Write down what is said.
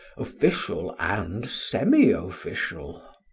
official and semiofficial.